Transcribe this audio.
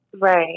Right